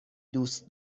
دوست